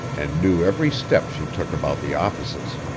and knew every step she took about the offices.